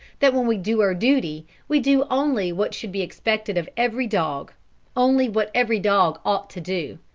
that when we do our duty we do only what should be expected of every dog only what every dog ought to do.